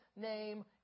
name